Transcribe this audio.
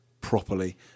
properly